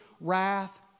wrath